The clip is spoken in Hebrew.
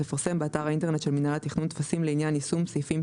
לפרסם באתר האינטרנט של מינהל התכנון טפסים לעניין יישום סעיפים